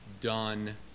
done